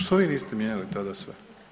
Što vi niste mijenjali tada sve?